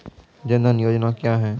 जन धन योजना क्या है?